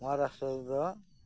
ᱢᱚᱦᱟᱨᱟᱥᱴᱨᱚ ᱨᱮᱫᱚ